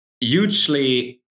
hugely